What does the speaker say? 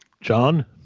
John